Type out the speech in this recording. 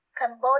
Cambodia